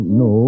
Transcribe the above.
no